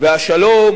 והשלום